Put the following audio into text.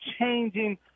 changing